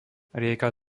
rieka